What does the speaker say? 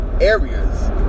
areas